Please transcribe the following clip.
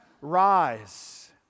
rise